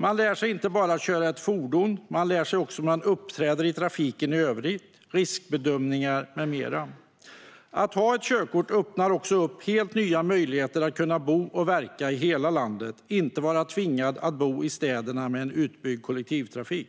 Man lär sig inte bara att köra ett fordon, utan man lär sig också hur man uppträder i trafiken i övrigt samt riskbedömningar med mera. Att ha ett körkort öppnar också helt nya möjligheter att bo och verka i hela landet i stället för att vara tvingad att bo i städerna, där det finns en utbyggd kollektivtrafik.